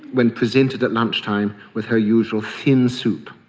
when presented at lunch-time with her usual thin soup.